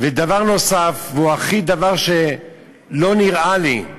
ודבר נוסף, והוא דבר שהכי לא נראה לי,